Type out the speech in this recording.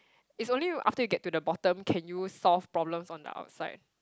it's only after you get to the bottom can you solve problem on the outside